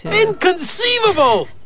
Inconceivable